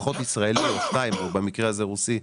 לפחות ישראלי או שניים או במקרה הזה רוסי,